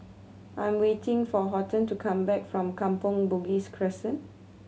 I am waiting for Horton to come back from Kampong Bugis Crescent